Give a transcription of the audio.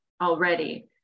already